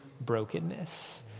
brokenness